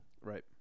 Right